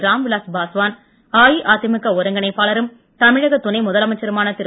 ராம்விலாஸ்பாஸ்வான் அஇஅதிமுக ஒருங்கிணைப்பாளரும் தமிழக துணை முதலமைச்சருமான திரு